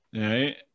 right